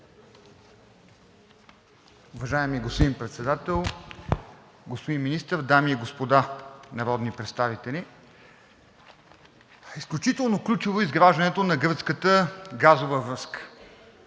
Уважаеми господин Председател, господин Министър, дами и господа народни представители! Изключително ключово е изграждането на гръцката газова връзка.